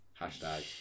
Hashtag